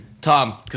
Tom